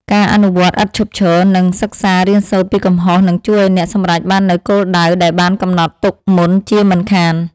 ការអនុវត្តឥតឈប់ឈរ និងសិក្សារៀនសូត្រពីកំហុសនឹងជួយឱ្យអ្នកសម្រេចបាននូវគោលដៅដែលបានកំណត់ទុកមុនជាមិនខាន។